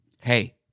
hey